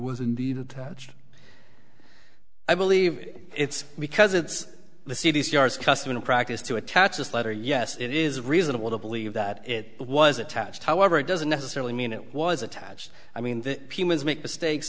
was indeed attached i believe it's because it's the c d c s custom in practice to attach this letter yes it is reasonable to believe that it was attached however it doesn't necessarily mean it was attached i mean the pimas make mistakes